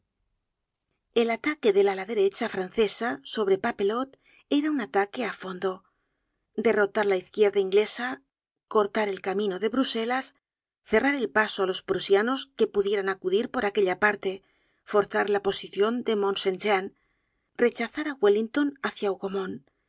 el ataque del ala derecha francesa sobre papelotte era un ataque á fondo derrotar á la izquierda inglesa cortar el camino de bruselas cerrar el paso á los prusianos que pudieran acudir por aquella parte forzar la posicion de mont saint jean rechazar á wellington hácia